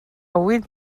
huit